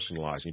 personalizing